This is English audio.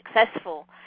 successful